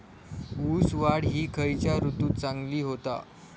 ऊस वाढ ही खयच्या ऋतूत चांगली होता?